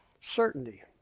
certainty